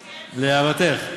להערתך,